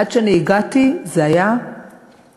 עד שאני הגעתי זה היה 50%,